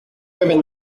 women